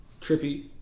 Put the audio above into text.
Trippy